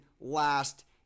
last